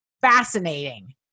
fascinating